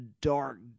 dark